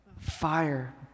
fire